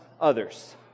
others